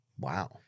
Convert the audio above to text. Wow